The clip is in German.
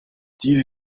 dies